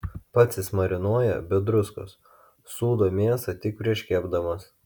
pats jis marinuoja be druskos sūdo mėsą tik prieš kepdamas